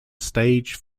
stage